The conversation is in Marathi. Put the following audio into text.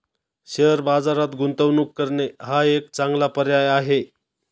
शेअर बाजारात गुंतवणूक करणे हा एक चांगला पर्याय आहे